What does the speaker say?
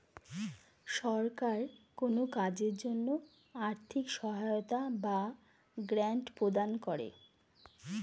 সরকার কোন কাজের জন্য আর্থিক সহায়তা বা গ্র্যান্ট প্রদান করে